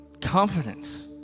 confidence